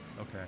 Okay